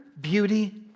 beauty